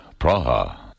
Praha